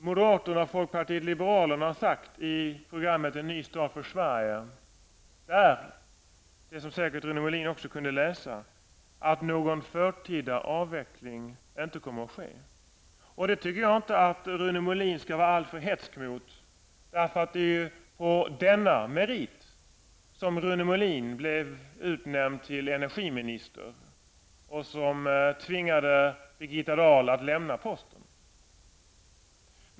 Moderaterna och folkpartiet har i programmet en Ny start för Sverige sagt -- vilket säkert Rune Molin har kunnat läsa -- att någon förtida avveckling inte kommer att ske. Jag tycker inte att Rune Molin skall vara alltför hätsk mot det. Det är på denna merit som Rune Molin blev utnämnd till energiminister och som tvingade Birgitta Dahl att lämna posten.